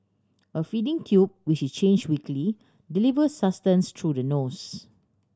a feeding tube which is change weekly delivers sustenance through the nose